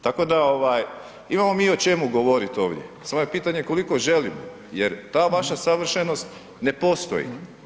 Tako da, imamo mi o čemu govoriti ovdje, samo je pitanje koliko želimo jer ta vaša savršenost ne postoji.